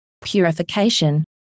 purification